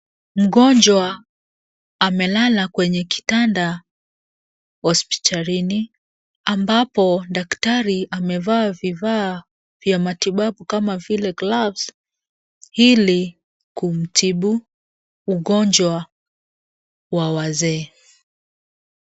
Mgonjwa amelala kwenye kitanda hospitalini ambapo daktari amevaa vifaa vya matibabu kama vile gloves ili kutibu ugonjwa wa wazee.